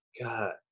God